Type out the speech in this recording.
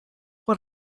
what